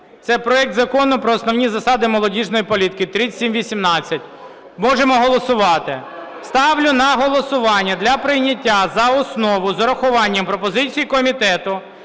це проект Закону про основні засади молодіжної політики (3718). Можемо голосувати. Ставлю на голосування для прийняття за основу з урахуванням пропозицій комітету